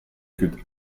could